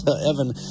Evan